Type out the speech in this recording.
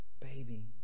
baby